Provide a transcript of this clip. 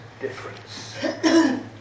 difference